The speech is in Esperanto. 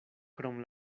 krom